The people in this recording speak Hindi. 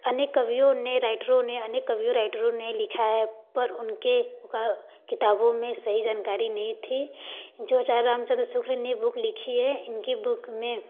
अनेक कवियों ने रायटरों ने अनेक कवियों रायटरों ने लिखा है पर उनके किताबों में सही जानकारी नहीं थी जो आचार्य रामचंद्र शुक्ल ने बूक लिखी है इनकी बूक में